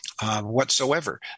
Whatsoever